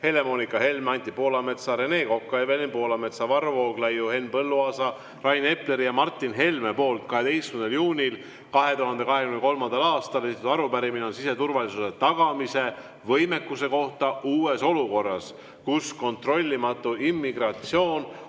Helle-Moonika Helme, Anti Poolamets, Rene Kokk, Evelin Poolamets, Varro Vooglaid, Henn Põlluaas, Rain Epler ja Martin Helme 12. juunil 2023. aastal. Esitatud arupärimine on siseturvalisuse tagamise võimekuse kohta uues olukorras, kus kontrollimatu immigratsioon